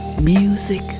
Music